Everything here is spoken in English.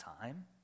time